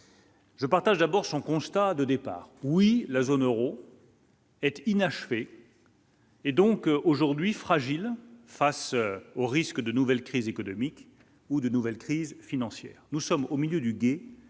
je partage d'abord son constat de départ oui, la zone Euro. Et inachevé. Et donc aujourd'hui fragile face au risque de nouvelle crise économique ou de nouvelles crises financières, nous sommes au milieu du gué